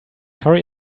hurry